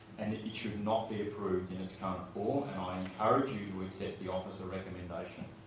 and it should not be approved in its current form. and i encourage you to accept the officer recommendation.